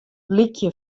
lykje